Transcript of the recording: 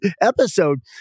episode